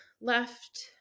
left